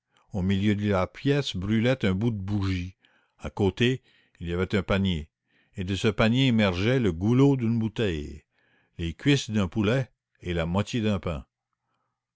au milieu de la pièce brûlait un bout de bougie à côté il y avait un panier et de ce panier émergeaient le goulot d'une bouteille les cuisses d'un poulet et la moitié d'un pain